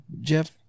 Jeff